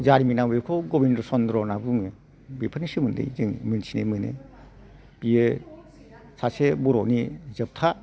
जारिमिनाव बेखौ गबिन्द चन्द्र होननानै बुङो बेफोरनि सोमोन्दै जों मोनथिनो मोनो बेयो सासे बर'नि जोबथा